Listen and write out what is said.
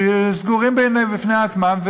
שסגורים בפני עצמם,